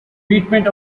treatment